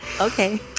Okay